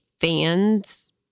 fan's